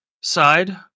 side